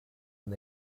and